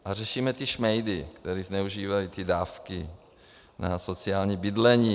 A řešíme ty šmejdy, kteří zneužívají ty dávky na sociální bydlení.